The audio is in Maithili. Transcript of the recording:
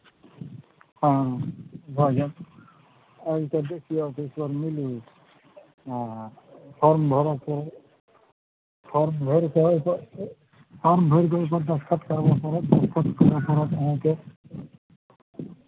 हँ भऽ जायत आबि कऽ देखियौ ऑफिसपर मिलू आ फॉर्म भरय पड़त फॉर्म भरि कऽ ओहिपर फॉर्म भरि कऽ ओहिपर दस्तखत करय पड़त दस्तखत करय पड़त अहाँकेँ